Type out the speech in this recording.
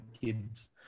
kids